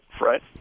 right